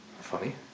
Funny